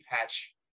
patch